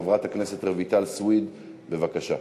חברת הכנסת רויטל סויד, בבקשה.